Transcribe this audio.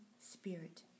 Spirit